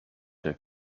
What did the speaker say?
der